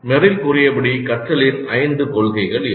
Merrill கூறியபடி கற்றலின் ஐந்து கொள்கைகள் இவை